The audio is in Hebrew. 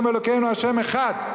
ה' אלוקינו ה' אחד.